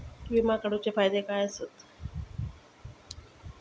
विमा काढूचे फायदे काय आसत?